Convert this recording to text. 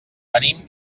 venim